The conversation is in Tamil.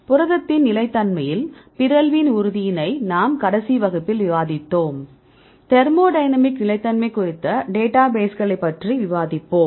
புரதத்தின் நிலை தன்மையில் பிறழ்வின் உறுதியினை நாம் கடைசி வகுப்பில் விவாதித்தோம் தெர்மோடைனமிக் நிலைத்தன்மை குறித்த டேட்டாபேஸ் களை பற்றி விவாதிப்போம்